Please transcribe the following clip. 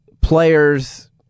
players